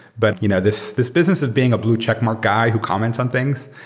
but you know this this business of being a blue checkmark guy who comments on things.